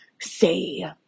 say